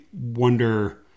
wonder